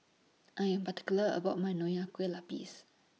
I Am particular about My Nonya Kueh Lapis